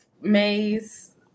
maze